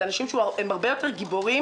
אלה אנשים שהם הרבה יותר גיבורים,